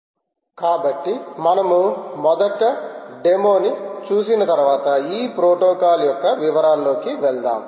quality of service in M Q T T కాబట్టి మనము మొదట డెమోని చూసిన తరువాత ఈ ప్రోటోకాల్ యొక్క వివరాలలోకి వెళ్దాం